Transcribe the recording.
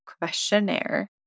questionnaire